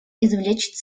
извлечь